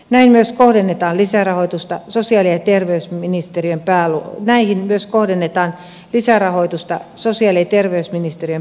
näihin myös kohdennetaan lisärahoitusta sosiaali ja terveysministerien päälle näihin myös kohdennetaan lisärahoitusta sosiaali terveysministeriön pääluokassa